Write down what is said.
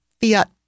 Fiat